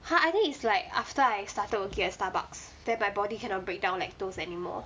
!huh! I think is like after I started working at Starbucks then my body cannot break down lactose anymore